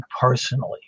personally